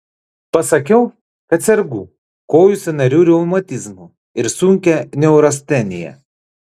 pasakiau kad sergu kojų sąnarių reumatizmu ir sunkia neurastenija